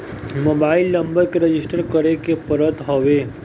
mobile number के register करे के पड़त हवे